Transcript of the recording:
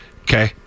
Okay